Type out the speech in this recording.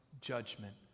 judgment